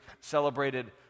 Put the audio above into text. celebrated